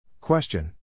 Question